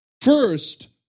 First